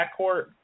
backcourt